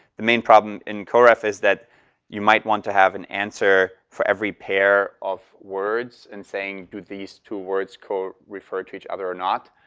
the main problem in co-reference is that you might want to have an answer for every pair of words. in saying could these two words quote refer to each other or not.